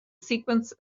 sequence